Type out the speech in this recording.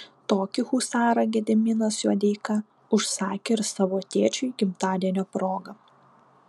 tokį husarą gediminas juodeika užsakė ir savo tėčiui gimtadienio proga